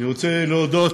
אני רוצה להודות